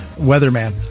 weatherman